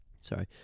Sorry